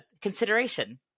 Consideration